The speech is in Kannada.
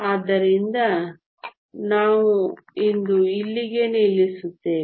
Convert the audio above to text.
ಆದ್ದರಿಂದ ನಾವು ಇಂದು ಇಲ್ಲಿಗೆ ನಿಲ್ಲಿಸುತ್ತೇವೆ